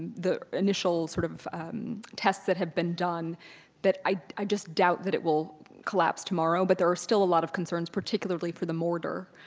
the initial sort of tests that have been done that i just doubt that it will collapse tomorrow, but there are still a lot of concerns particularly for the mortar.